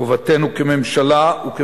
חובתנו כממשלה, וכבית-מחוקקים,